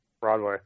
Broadway